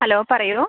hello പറയൂ